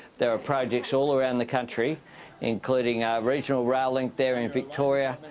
there are projects all around the country including our regional rail link there in victoria,